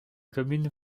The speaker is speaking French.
communes